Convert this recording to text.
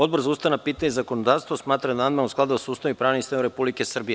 Odbor za ustavna pitanja i zakonodavstvo smatra da je amandman u skladu sa Ustavom i pravnim sistemom Republike Srbije.